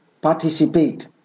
participate